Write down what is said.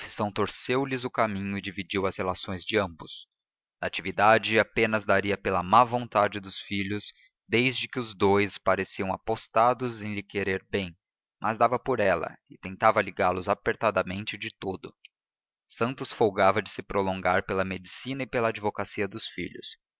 profissão torceu lhes o caminho e dividiu as relações de ambos natividade apenas daria pela má vontade dos filhos desde que os dous pareciam apostados em lhe querer bem mas dava por ela e tentava ligá los apertadamente e de todo santos folgava de se prolongar pela medicina e pela advocacia dos filhos